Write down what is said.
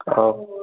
ଥାଉ